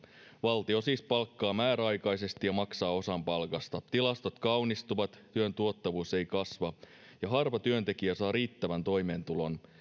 valtio siis palkkaa määräaikaisesti ja maksaa osan palkasta tilastot kaunistuvat työn tuottavuus ei kasva ja harva työntekijä saa riittävän toimeentulon